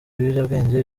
ibiyobyabwenge